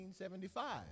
1975